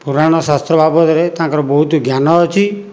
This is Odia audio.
ପୁରାଣ ଶାସ୍ତ୍ର ବାବଦରେ ତାଙ୍କର ବହୁତ ଜ୍ଞାନ ଅଛି